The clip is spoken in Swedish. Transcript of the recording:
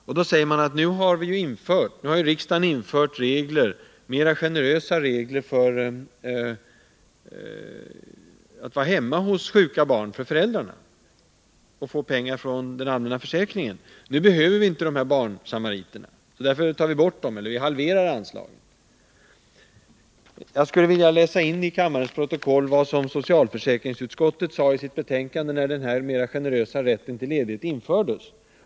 Man säger att riksdagen har infört mera generösa regler när det gäller möjligheterna för föräldrar som är hemma hos sjuka barn att få pengar från den allmänna försäkringen. Då behövs inte barnsamariterna, och därför tar man bort dem eller halverar anslaget. Jag skulle vilja läsa in i kammarens protokoll vad socialförsäkringsutskottet sade i sitt betänkande, när denna mera generösa rätt till ledighet infördes.